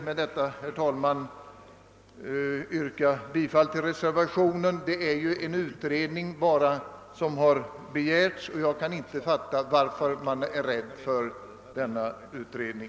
Med detta ber jag att få yrka bifall till reservationen. Det är ju endast en utredning som har begärts, och jag kan inte fatta varför man är rädd för denna utredning.